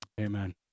Amen